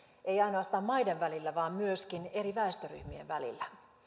ei ainoastaan maiden välillä vaan myöskin eri väestöryhmien välillä